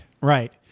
right